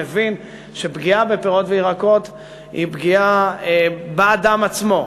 מבין שפגיעה בפירות וירקות היא פגיעה באדם עצמו.